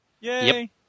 Yay